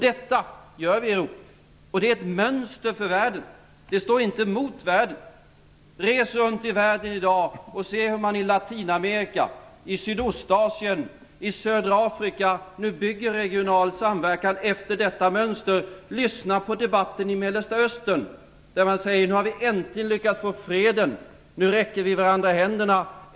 Detta gör vi i Europa, och det är ett mönster för världen. Det står inte emot världen. Res runt i världen i dag och se hur man i Latinamerika, Sydostasien och Södra Afrika nu bygger en regional samverkan efter detta mönster! Lyssna på debatten i Mellersta Östern, där man säger: Nu har vi äntligen lyckats få freden. Nu räcker vi varandra handen.